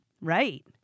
right